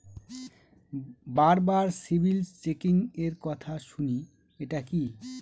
বারবার সিবিল চেকিংএর কথা শুনি এটা কি?